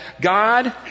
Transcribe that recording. God